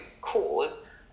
cause